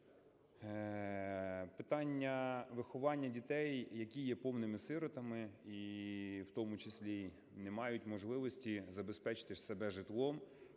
питання виховання дітей, які є повними сиротами, і в тому числі не мають можливості забезпечити себе житлом